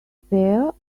fair